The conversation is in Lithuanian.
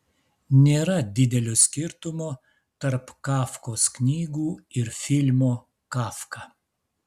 nėra didelio skirtumo tarp kafkos knygų ir filmo kafka